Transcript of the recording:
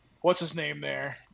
what's-his-name-there